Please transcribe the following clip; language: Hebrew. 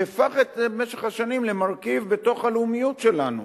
שהפך במשך השנים למרכיב בתוך הלאומיות שלנו,